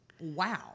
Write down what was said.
Wow